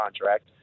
contract